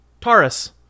Taurus